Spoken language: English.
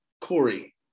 Corey